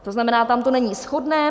To znamená, tam to není shodné.